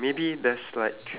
ya green colour